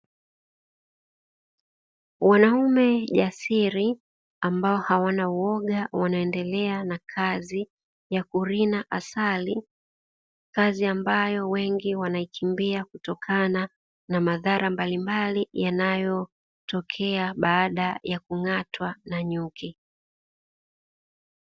Wanaume jasiri ambao hawana uwoga wanaendelea na kazi ya kurina asali, kazi ambayo wengi wanaikimbia kutokana na madhara mbalimbali yanayotokea baada ya kung'atwa na nyuki.